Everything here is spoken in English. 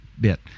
bit